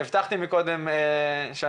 לא